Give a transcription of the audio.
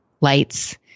lights